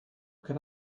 can